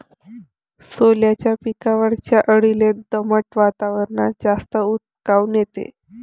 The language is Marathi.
सोल्याच्या पिकावरच्या अळीले दमट वातावरनात जास्त ऊत काऊन येते?